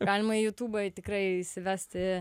galima į jutūbą tikrai įsivesti